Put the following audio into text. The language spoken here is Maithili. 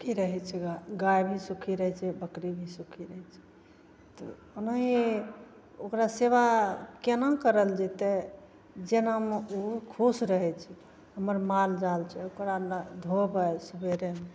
सुखी रहै छै गाइ भी सुखी रहै छै बकरी भी सुखी रहै छै ओनाहिए ओकरा सेवा कोना करल जएतै जेनामे ओ खुश रहै छै हमर माल जाल छै ओकरा लै धोवै सबेरेमे